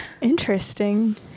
interesting